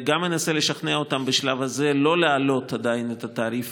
גם אנסה לשכנע אותם בשלב הזה לא להעלות עדיין את התעריף